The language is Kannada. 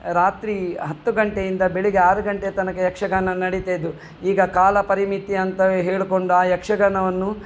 ರಾತ್ರಿ ಹತ್ತು ಗಂಟೆಯಿಂದ ಬೆಳಿಗ್ಗೆ ಆರು ಗಂಟೆ ತನಕ ಯಕ್ಷಗಾನ ನಡಿತಾಯಿದ್ದು ಈಗ ಕಾಲ ಪರಿಮಿತಿ ಅಂತ ಹೇಳಿಕೊಂಡು ಆ ಯಕ್ಷಗಾನವನ್ನು